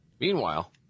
Meanwhile